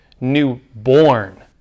newborn